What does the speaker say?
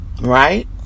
right